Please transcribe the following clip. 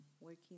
working